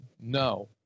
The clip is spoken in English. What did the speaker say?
no